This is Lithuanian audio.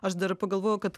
aš dar pagalvojau kad